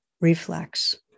reflex